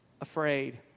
afraid